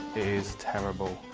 is terrible